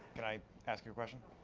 can i ask your question?